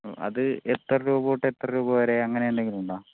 അത് എത്ര രൂപ തൊട്ട് എത്ര രൂപ വരെ അങ്ങനെ എന്തെങ്കിലും ഉണ്ടോ